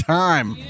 time